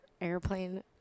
airplane